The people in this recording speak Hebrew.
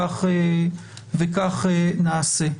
וכך נעשה.